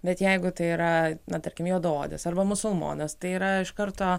bet jeigu tai yra na tarkim juodaodis arba musulmonas tai yra iš karto